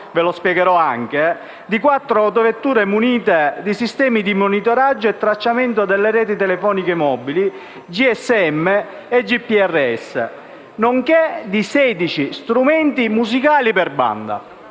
vi spiegherò - «di quattro autovetture munite di sistemi di monitoraggio e tracciamento delle reti di telefonia mobile GSM/GPRS (GA 900), nonché di sedici strumenti musicali per banda».